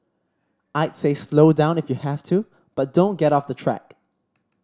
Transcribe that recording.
I'd say slow down if you have to but don't get off the track